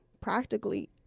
practically